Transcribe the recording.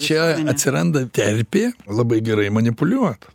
čia atsiranda terpė labai gerai manipuliuot